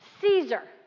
Caesar